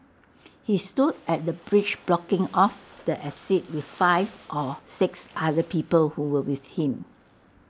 he stood at the bridge blocking off the exit with five or six other people who were with him